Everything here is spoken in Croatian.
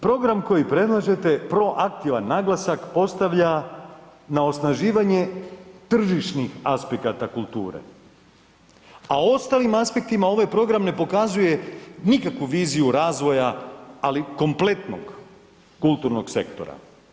Program koji predlažete proaktivan naglasak postavlja na osnaživanje tržišnih aspekata kulture, a u ostalim aspektima ovaj program ne pokazuje nikakvu viziju razvoja, ali kompletnog kulturnog sektora.